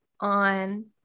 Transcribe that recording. on